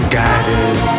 guided